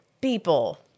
people